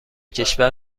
کشور